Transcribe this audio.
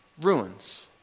Ruins